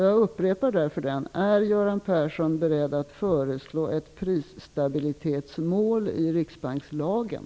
Jag upprepar därför den: Är Göran Persson beredd att föreslå ett prisstabilitetsmål i riksbankslagen?